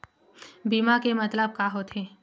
बीमा के मतलब का होथे?